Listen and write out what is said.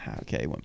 okay